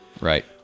Right